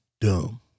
dumb